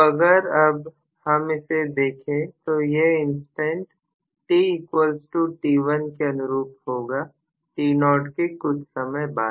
तो अगर अब हम इसे देखें तो यह इंसटेंट tt1 के अनुरूप होगा t0 के कुछ समय बाद